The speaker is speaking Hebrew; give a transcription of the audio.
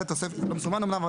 זה מסומן אומנם,